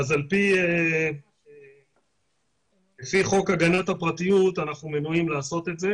לפי חוק הגנת הפרטיות אנחנו מנועים לעשות זאת.